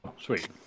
Sweet